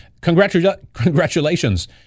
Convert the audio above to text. Congratulations